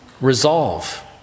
Resolve